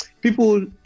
people